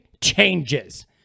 changes